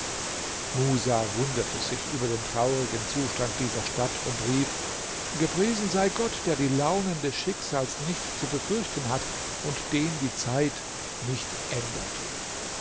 musa wunderte sich über den traurigen zustand dieser stadt und rief gepriesen sei gott der die launen des schicksals nicht zu befürchten hat und den die zeit nicht ändert